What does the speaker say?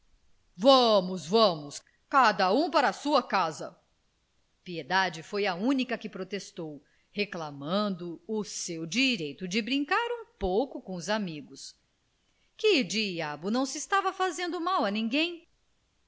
vamos vamos cada um para a sua casa piedade foi a única que protestou reclamando o seu direito de brincar um pouco com os amigos que diabo não estava fazendo mal a ninguém